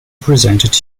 presented